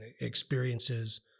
experiences